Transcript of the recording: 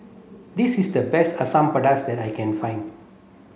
this is the best Asam Pedas that I can find